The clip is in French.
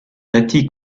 bâti